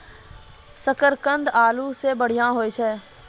शकरकंद आलू सें बढ़िया होय छै